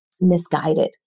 misguided